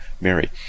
Mary